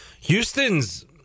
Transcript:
houston's